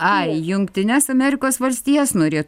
ai jungtines amerikos valstijas norėtum